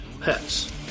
pets